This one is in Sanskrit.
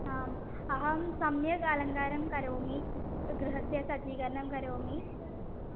आम् अहं सम्यक् अलङ्कारं करोमि गृहस्य सज्जीकरणं करोमि